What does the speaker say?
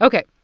ok.